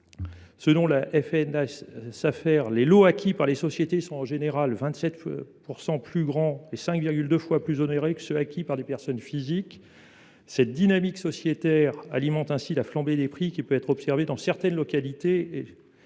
(FNSafer), les lots acquis par les sociétés sont en général « 27 % plus grands et 5,2 fois plus onéreux que ceux acquis par des personnes physiques ». Cette dynamique alimente la flambée des prix qui peut être observée dans certaines localités